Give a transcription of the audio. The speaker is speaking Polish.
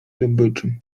zdobyczy